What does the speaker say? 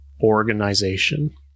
organization